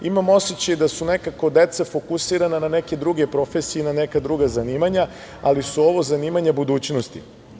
Imam osećaj da su nekako deca fokusirana na neke druge profesije i na neka druga zanimanja, ali su ovo zanimanja budućnosti.